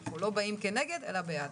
אנחנו לא באים כנגד אלא בעד.